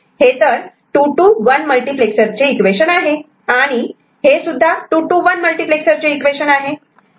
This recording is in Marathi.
हे तर 2 to 1 मल्टिप्लेक्सर चे इक्वेशन आहे आणि हे सुद्धा 2 to 1 मल्टिप्लेक्सर चे इक्वेशन आहे